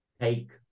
Take